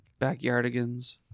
Backyardigans